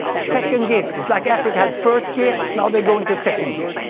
second gear it's like africa had first gear, now they go into second gear.